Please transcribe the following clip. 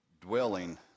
dwelling